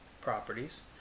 properties